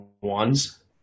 ones